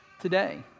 today